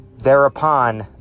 Thereupon